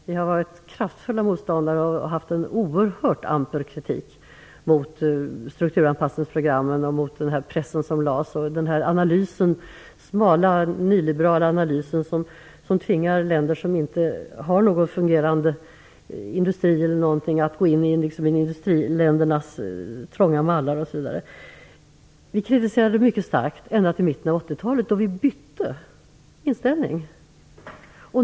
Vi har varit kraftfulla motståndare och haft en oerhört amper kritik mot strukturanpassningsprogrammen, mot pressen och mot den smala nyliberala analysen som tvingar länder som inte har någon fungerande industri att gå in i industriländernas trånga mallar osv. Vi kritiserade det här mycket starkt ända fram till mitten av 80-talet då vi bytte inställning.